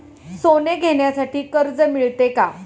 सोने घेण्यासाठी कर्ज मिळते का?